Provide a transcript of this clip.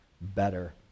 better